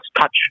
touch